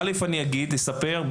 אגיד ואספר.